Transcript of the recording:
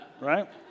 right